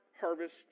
Harvest